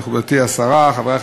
אנחנו כעת נצביע על הסתייגות